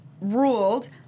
ruled